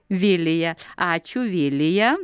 vilija ačiū vilija